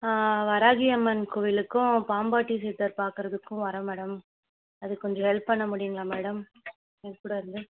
வராகி அம்மன் கோவிலுக்கும் பாம்பாட்டி சித்தர் பார்க்கறதுக்கும் வரேன் மேடம் அதுக்கு கொஞ்சம் ஹெல்ப் பண்ண முடியுங்களா மேடம் என்கூட இருந்து